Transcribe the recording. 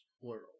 plural